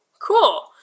cool